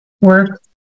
work